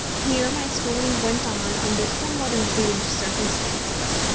here my schooling went on under somewhat improved circumstances.